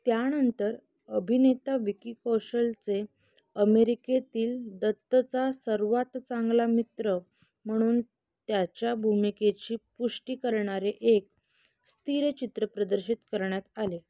त्यानंतर अभिनेता विकी कौशलचे अमेरिकेतील दत्तचा सर्वात चांगला मित्र म्हणून त्याच्या भूमिकेची पुष्टी करणारे एक स्थिर चित्र प्रदर्शित करण्यात आले